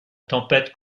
tempête